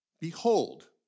Behold